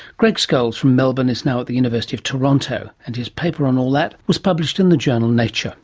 greg scholes from melbourne is now at the university of toronto, and his paper on all that was published in the journal nature